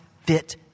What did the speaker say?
fit